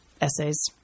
essays